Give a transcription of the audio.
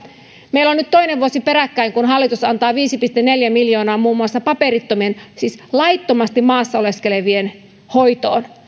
meillä on nyt toinen vuosi peräkkäin kun hallitus antaa viisi pilkku neljä miljoonaa muun muassa paperittomien siis laittomasti maassa oleskelevien hoitoon